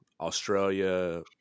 Australia